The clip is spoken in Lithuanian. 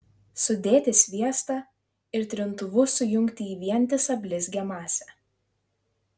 sudėti sviestą ir trintuvu sujungti į vientisą blizgią masę